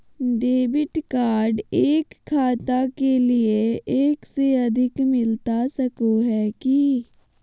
Debit card एक खाता के लिए एक से अधिक मिलता सको है की?